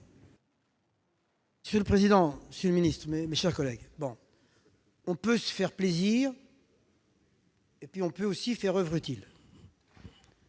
Monsieur le président, monsieur le ministre, mes chers collègues, on peut se faire plaisir, mais on peut aussi faire oeuvre utile.